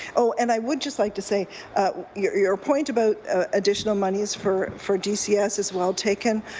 oh, and i would just like to say your your point about additional monies for for dcs is well taken.